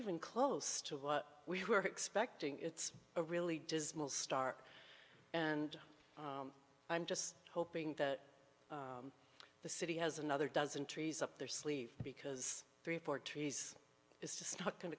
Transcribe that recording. even close to what we were expecting it's a really dismal star and i'm just hoping that the city has another dozen trees up their sleeve because three or four trees is just not going